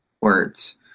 words